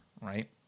right